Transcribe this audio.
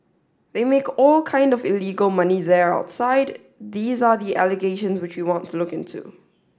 they make all kind of illegal money there outside these are the allegations which we want to look into